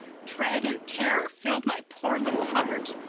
dread and terror filled my poor little heart.